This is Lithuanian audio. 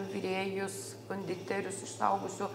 virėjus konditerius iš suaugusių